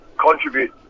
contribute